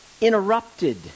interrupted